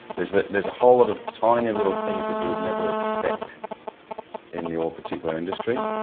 is that there's a whole lot of tiny little things that you would never expect in your particular industry,